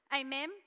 Amen